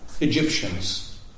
Egyptians